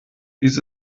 dies